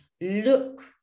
Look